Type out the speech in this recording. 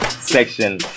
section